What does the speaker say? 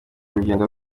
urugendo